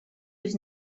was